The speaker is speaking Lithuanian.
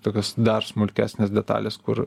tokias dar smulkesnes detales kur